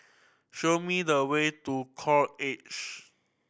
show me the way to Edge